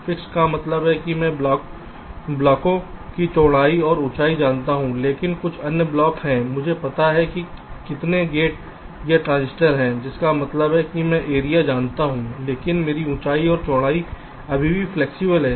fixed का मतलब है कि मैं ब्लॉकों की चौड़ाई और ऊंचाई जानता हूं लेकिन कुछ अन्य ब्लॉक हैं मुझे पता है कि कितने गेट या ट्रांजिस्टर हैं जिसका मतलब है कि मैं एरिया जानता हूं लेकिन मेरी ऊंचाई और चौड़ाई अभी भी फ्लैक्सिबल है